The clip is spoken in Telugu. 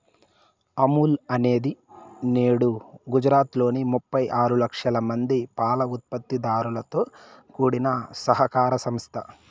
అమూల్ అనేది నేడు గుజరాత్ లోని ముప్పై ఆరు లక్షల మంది పాల ఉత్పత్తి దారులతో కూడిన సహకార సంస్థ